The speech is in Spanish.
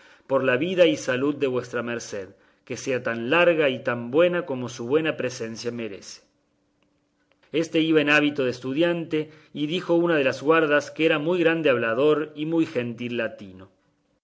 por la vida y salud de vuestra merced que sea tan larga y tan buena como su buena presencia merece éste iba en hábito de estudiante y dijo una de las guardas que era muy grande hablador y muy gentil latino